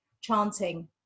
chanting